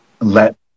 let